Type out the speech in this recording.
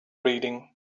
reading